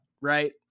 right